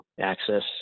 access